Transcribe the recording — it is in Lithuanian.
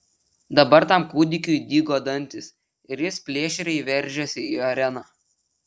dabar tam kūdikiui dygo dantys ir jis plėšriai veržėsi į areną